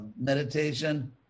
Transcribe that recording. meditation